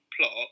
plot